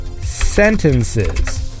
sentences